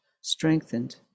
strengthened